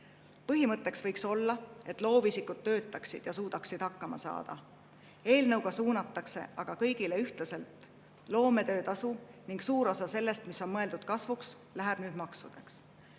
Põhimõtteks võiks olla, et loovisikud töötaksid ja suudaksid hakkama saada. Eelnõuga suunatakse aga loometöötasu kõigile ühtlaselt ning suur osa sellest, mis on mõeldud kasvuks, läheb nüüd maksudeks.